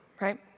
right